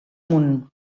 munt